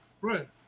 Right